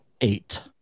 eight